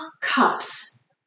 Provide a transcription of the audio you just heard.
cups